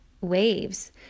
waves